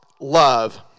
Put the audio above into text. love